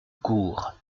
cours